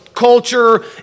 Culture